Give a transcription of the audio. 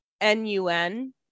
n-u-n